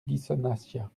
ghisonaccia